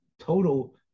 total